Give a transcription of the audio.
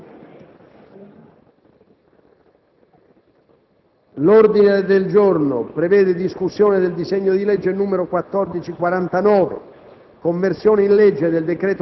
L'ordine del giorno reca la discussione del disegno di legge n. 1449.